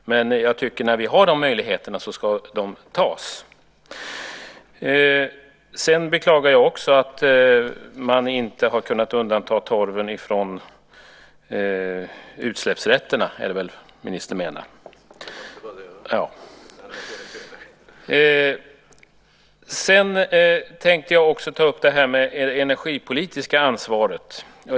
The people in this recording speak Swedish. Men när vi har de här möjligheterna tycker jag att de ska tas. Sedan beklagar jag också att man inte har kunnat undanta torven från detta med utsläppsrätterna - är det väl ministern menar? Ja, just det. Jag tänkte också ta upp detta med det energipolitiska ansvaret.